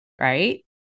Right